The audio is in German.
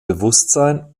bewusstsein